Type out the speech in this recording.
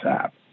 app